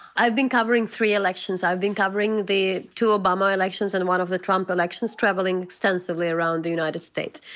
i've been covering three elections. i've been covering the two obama elections and one of the trump elections, travelling extensively around the united states.